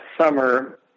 summer